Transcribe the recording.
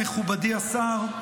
מכובדי השר,